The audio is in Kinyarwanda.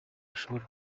ashobora